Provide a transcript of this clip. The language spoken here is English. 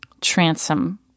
Transom